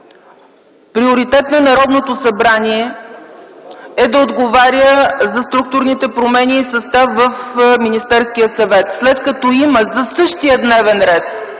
приоритет на Народното събрание е да отговаря за структурните промени и състав в Министерския съвет. След като има предложено